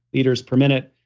liters per minute,